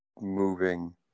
moving